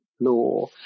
law